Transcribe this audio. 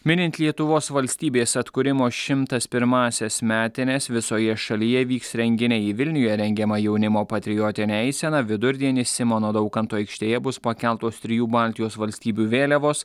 minint lietuvos valstybės atkūrimo šimtas pirmąsias metines visoje šalyje vyks renginiai vilniuje rengiama jaunimo patriotinė eisena vidurdienį simono daukanto aikštėje bus pakeltos trijų baltijos valstybių vėliavos